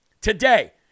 today